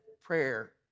prayer